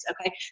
Okay